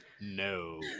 no